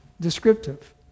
descriptive